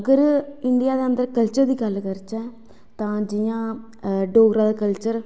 अगर ओह् इंडिया दे कल्चर दी गल्ल करचै तां जियां डोगरा कल्चर